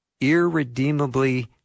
irredeemably